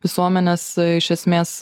visuomenės iš esmės